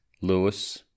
Lewis